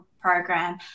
program